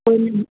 कोइ नहियेँ